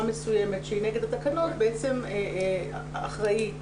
מסוימת שהיא נגד התקנות בעצם אחראי בעונשין,